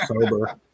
sober